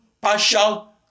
partial